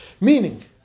Meaning